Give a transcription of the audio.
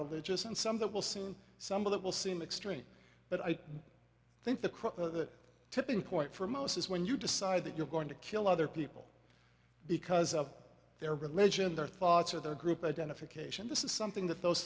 religious and some that will see some of that will seem extreme but i think the quote that tipping point for most is when you decide that you're going to kill other people because of their religion their thoughts or their group identification this is something that those